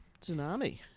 tsunami